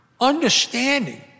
Understanding